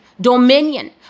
dominion